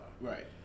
Right